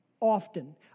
often